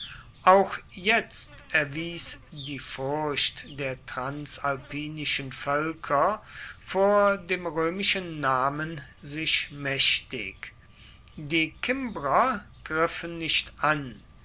auch jetzt erwies die furcht der transalpinischen völker vor dem römischen namen sich mächtig die kimbrer griffen nicht an